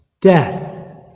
death